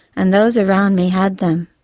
and those around me had them.